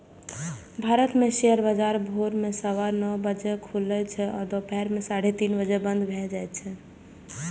भारत मे शेयर बाजार भोर मे सवा नौ बजे खुलै छै आ दुपहर मे साढ़े तीन बजे बंद भए जाए छै